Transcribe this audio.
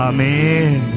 Amen